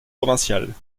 provinciales